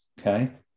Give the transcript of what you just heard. okay